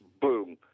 boom